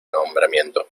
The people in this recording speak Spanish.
nombramiento